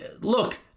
look